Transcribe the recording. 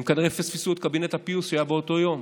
הם כנראה פספסו את קבינט הפיוס שהיה באותו יום.